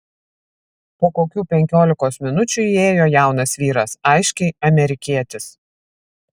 po kokių penkiolikos minučių įėjo jaunas vyras aiškiai amerikietis